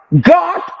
God